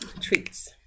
Treats